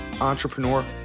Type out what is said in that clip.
entrepreneur